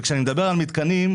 כשאני מדבר על מתקנים,